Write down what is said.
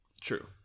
True